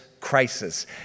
crisis